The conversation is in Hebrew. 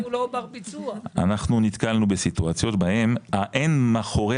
אנחנו נתקלנו בסיטואציות בהן אין מאחורי